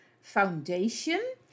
Foundation